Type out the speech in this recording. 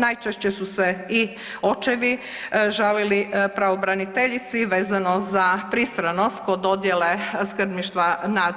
Najčešće su se i očevi žalili pravobraniteljici vezano za pristranost kod dodijele skrbništva nad